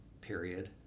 period